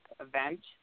event